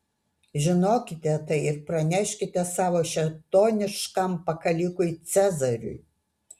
žinokite tai ir praneškite savo šėtoniškam pakalikui cezariui